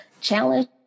challenge